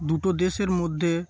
দুটো দেশের মধ্যে